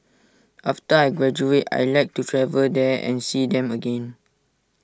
after I graduate I'd like to travel there and see them again